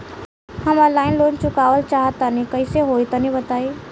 हम online loan चुकावल चाहऽ तनि कइसे होई तनि बताई?